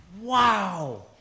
wow